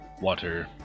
water